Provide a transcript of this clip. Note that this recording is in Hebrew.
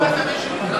שמעת מישהו,